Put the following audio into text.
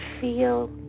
feel